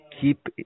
keep